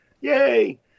Yay